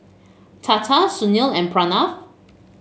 Tata Sunil and Pranav